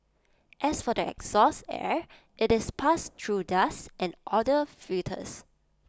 as for the exhaust air IT is passed through dust and odour filters